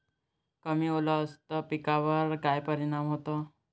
कमी ओल असनं त पिकावर काय परिनाम होते?